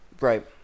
Right